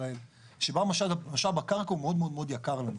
ישראל שבה משאב הקרקע הוא מאוד יקר לנו,